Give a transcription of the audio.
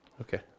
Okay